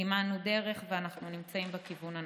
סימנו דרך, ואנחנו נמצאים בכיוון הנכון.